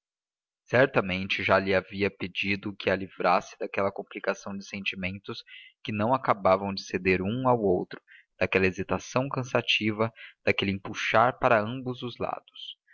certamente já lhe havia pedido que a livrasse daquela complicação de sentimentos que não acabavam de ceder um ao outro daquela hesitação cansativa daquele empuxar para ambos os lados